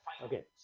Okay